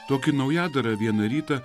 tokį naujadarą vieną rytą